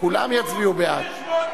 כולם יצביעו בעד.